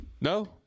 No